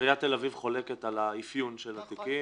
עיריית תל אביב חולקת על האפיון של התיקים.